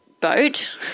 boat